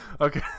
Okay